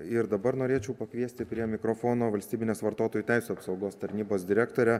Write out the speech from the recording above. ir dabar norėčiau pakviesti prie mikrofono valstybinės vartotojų teisių apsaugos tarnybos direktorę